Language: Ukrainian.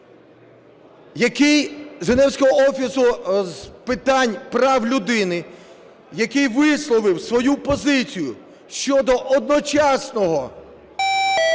офісу з питань прав людини, який висловив свою позицію щодо одночасного